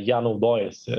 ja naudojasi